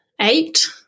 eight